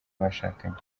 bashakanye